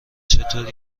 چطور